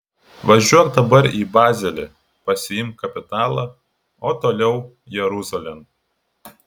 važiuok dabar į bazelį pasiimk kapitalą o toliau jeruzalėn